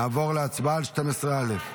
נעבור להצבעה על הסתייגות 12 א'.